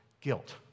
guilt